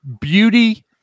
beauty